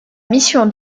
mission